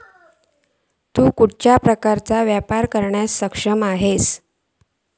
तु खयच्या प्रकारचो व्यापार करुक सक्षम आसस?